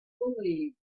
believe